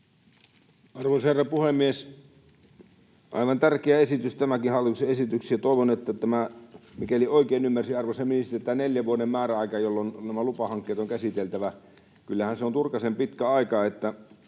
Arvoisa herra puhemies! Aivan tärkeä esitys tämäkin hallituksen esitys. Mikäli oikein ymmärsin, arvoisa ministeri, kyllähän tämä neljän vuoden määräaika, jolloin nämä lupahankkeet on käsiteltävä, on turkasen pitkä aika.